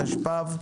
התשפ"ב.